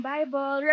Bible